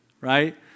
Right